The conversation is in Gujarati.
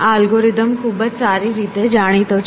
આ અલ્ગોરિધમ ખૂબ જ સારી રીતે જાણીતો છે